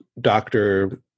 doctor